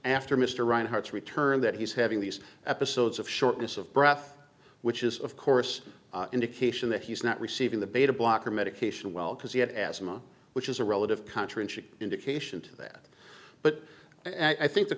after mr rinehart's return that he's having these episodes of shortness of breath which is of course indication that he's not receiving the beta blocker medication well because he had asthma which is a relative contradiction indication to that but i think the